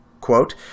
quote